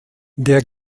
der